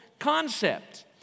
Concept